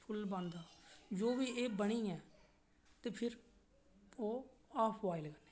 फुल्ल बनदा जो बी एह् बनी गै ते फिर ओह् हाफ बोआइल करना